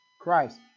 Christ